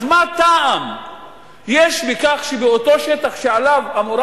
אז מה טעם יש בכך שבאותו שטח שעליו אמורה